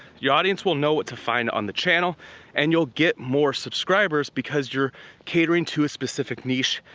your audience will know what to find on the channel and you'll get more subscribers because you're catering to a specific niche,